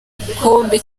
igikombe